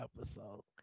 episode